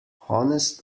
honest